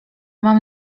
mam